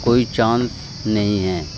کوئی چانس نہیں ہیں